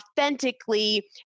authentically